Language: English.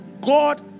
God